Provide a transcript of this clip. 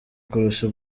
kurusha